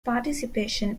participation